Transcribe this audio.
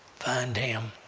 find him.